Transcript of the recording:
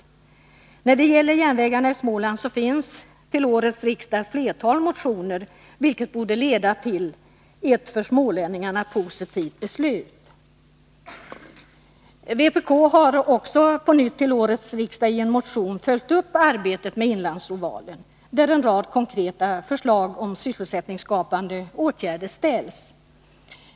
Flera motioner om järnvägarna i Småland har också väckts till årets riksdag, vilket borde leda till ett för smålänningarna positivt beslut. Vpk har på nytt följt upp arbetet med Inlandsovalen i en motion till årets riksdag, där en rad konkreta förslag om sysselsättningsskapande åtgärder framställs.